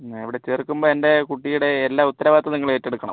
ഇവിടെ ചേർക്കുമ്പോൾ എൻ്റെ കുട്ടിയുടെ എല്ലാ ഉത്തരവാദിത്തങ്ങളും നിങ്ങൾ ഏറ്റെടുക്കണം